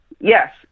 Yes